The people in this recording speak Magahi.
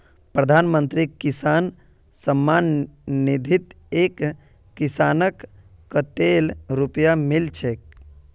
प्रधानमंत्री किसान सम्मान निधित एक किसानक कतेल रुपया मिल छेक